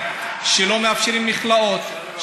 כשלא מאפשרים מכלאות,